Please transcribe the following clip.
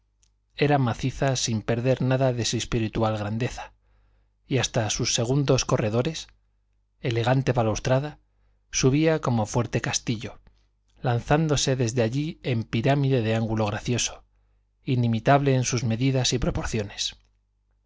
era maciza sin perder nada de su espiritual grandeza y hasta sus segundos corredores elegante balaustrada subía como fuerte castillo lanzándose desde allí en pirámide de ángulo gracioso inimitable en sus medidas y proporciones